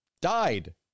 died